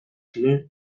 ziren